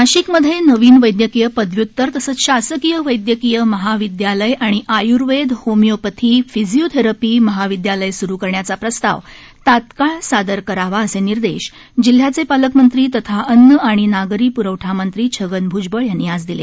नाशिकमध्ये नवीन वैद्यकीय पदव्युतर तसंच शासकीय वैद्यकीय महाविद्यालय आणि आयुर्वेद होमिओपॅथी फिजिओथेरपी महाविद्यालय सुरू करण्याचा प्रस्ताव तत्काळ सादर करावा असे निर्देश जिल्ह्याचे पालकमंत्री तथा अन्न आणि नागरी पुरवठा मंत्री छगन भुजबळ यांनी आज दिले